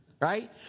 right